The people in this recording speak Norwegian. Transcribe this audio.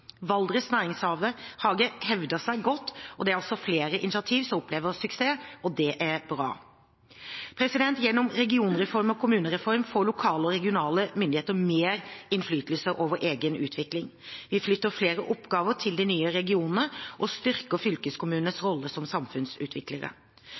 hevder seg godt. Det er altså flere initiativer som opplever suksess, og det er bra. Gjennom regionreform og kommunereform får lokale og regionale myndigheter mer innflytelse over egen utvikling. Vi flytter flere oppgaver til de nye regionene og styrker fylkeskommunenes